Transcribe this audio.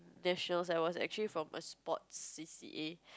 nationals I was actually from a sports C_C_A